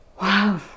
Wow